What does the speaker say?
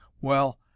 Well—